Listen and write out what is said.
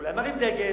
אולי מרים דגל,